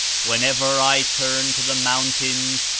whenever i turn to the mountains,